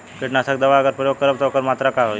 कीटनाशक दवा अगर प्रयोग करब त ओकर मात्रा का होई?